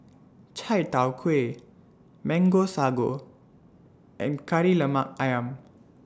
Chai Tow Kuay Mango Sago and Kari Lemak Ayam